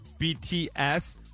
BTS